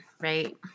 right